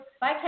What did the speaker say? Bye